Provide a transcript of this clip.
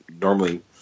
normally